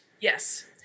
Yes